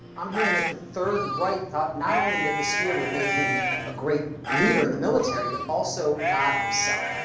i'm hearing that the third reich thought not only that the spear would make him a great leader in the military, but also god himself.